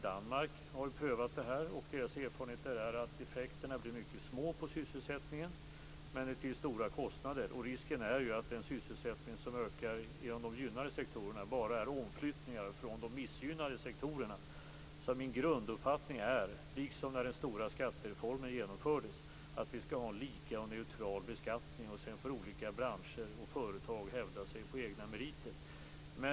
Danmark har prövat det här, och de danska erfarenheterna är att effekterna på sysselsättningen blir mycket små till stora kostnader. Risken är att den sysselsättning som ökar inom de gynnade sektorerna bara är omflyttningar från de missgynnade sektorerna. Min grunduppfattning är alltså - liksom när den stora skattereformen genomfördes - att vi skall ha en lika och neutral beskattning. Sedan får olika branscher och företag hävda sig på egna meriter.